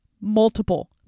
Multiple